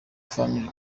family